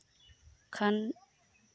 ᱠᱷᱟᱱ